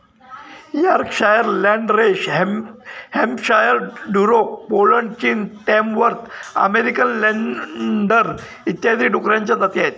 Yorkshire, Landrace Hampshire, Duroc Poland, चीन, Tamworth American Landrace इत्यादी डुकरांच्या जाती आहेत